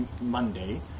Monday